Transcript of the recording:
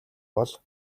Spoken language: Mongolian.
бол